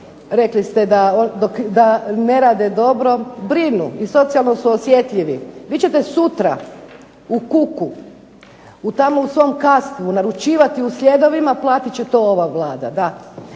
rekli ste da ne rade dobro, brinu i socijalno su osjetljivi vi ćete sutra u Kuku, tamo u svom Kastvu naručivati u sljedovima, platit će to ova Vlada,